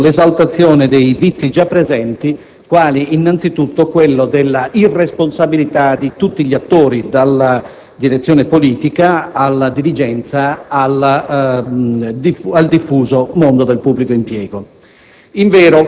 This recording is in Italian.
attraverso l'esaltazione dei vizi già presenti, quali innanzitutto la irresponsabilità di tutti gli attori, dalla direzione politica alla dirigenza, al diffuso mondo del pubblico impiego.